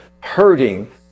hurting